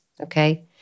Okay